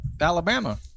Alabama